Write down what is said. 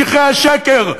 משיחי השקר,